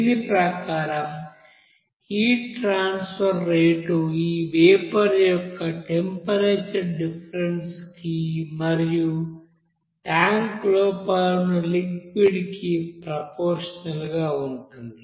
దీని ప్రకారం heat transfer rate ఈ వేపర్ యొక్క టెంపరేచర్ డిఫరెన్స్ కి మరియు ట్యాంక్ లోపల ఉన్న లిక్విడ్ కి ప్రపోర్సినల్ గా ఉంటుంది